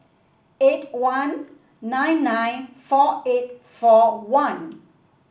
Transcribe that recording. eight one nine nine four eight four one